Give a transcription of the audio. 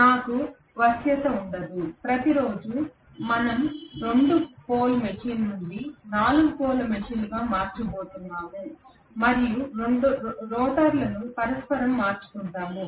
నాకు వశ్యత ఉండదు ప్రతిరోజూ మనం 2 పోల్ మెషీన్ నుండి 4 పోల్ మెషీన్గా మార్చబోతున్నాం మరియు రోటర్లను పరస్పరం మార్చుకుంటాము